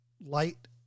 light